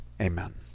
Amen